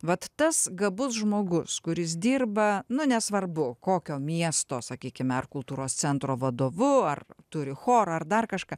vat tas gabus žmogus kuris dirba nu nesvarbu kokio miesto sakykim ar kultūros centro vadovu ar turi chorą ar dar kažką